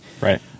right